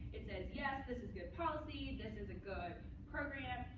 it says, yes, this is good policy. this is a good program.